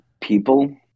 people